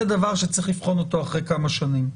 זה דבר שצריך לבחון אותו אחרי כמה שנים.